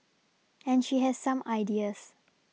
and she has some ideas